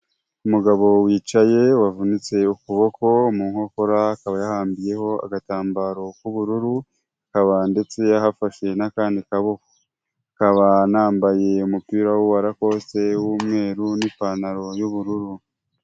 Umugabo wicaye wavunitse ukuboko, mu nkokora akaba yahambiyeho agambaro k'ubururu, akaba ndetse yahafashe n'akandi kaboko, akaba anambaye umupira wa rakosite w'umweru n'ipantaro y'ubururu.